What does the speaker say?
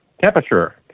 temperature